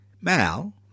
Mal